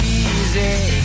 easy